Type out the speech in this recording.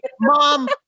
Mom